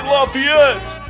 Lafayette